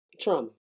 trauma